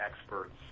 experts